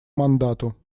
мандату